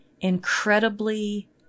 incredibly